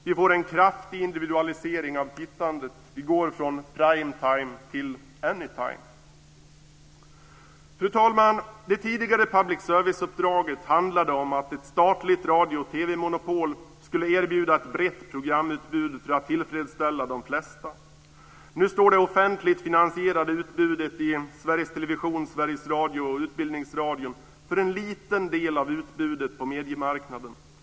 Vi får en kraftig individualisering av tittandet. Vi går från prime time till any time. Fru talman! Det tidigare public service-uppdraget handlade om att ett statligt radio och TV-monopol skulle erbjuda ett fritt programutbud för att tillfredsställa de flesta. Nu står det offentligt finansierade utbudet i Sveriges Television, Sveriges Radio och Utbildningsradion för en liten del av utbudet på mediemarknaden.